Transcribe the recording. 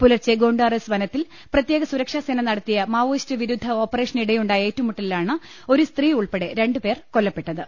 പുലർച്ചെ ഗൊണ്ടാറസ് വനത്തിൽ പ്രത്യേക സുരക്ഷാസേന നട ത്തിയ മാവോയിസ്റ്റ് വിരുദ്ധ ഓപ്പറേഷനിടെയുണ്ടായ ഏറ്റുമുട്ടലി ലാണ് ഒരു സ്ത്രീ ഉൾപ്പെടെ രണ്ടുപേർ കൊല്ലപ്പെട്ടത്